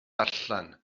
darllen